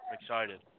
excited